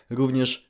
również